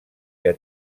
que